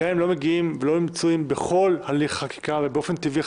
גם אם הם לא מגיעים ולא נמצאים בכל הליך חקיקה ובאופן טבעי,